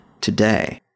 today